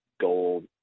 gold